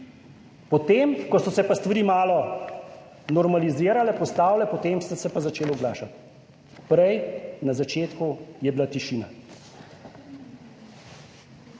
potem ko so se pa stvari malo normalizirale, postavile, potem so se pa začeli oglašati, prej na začetku je bila tišina.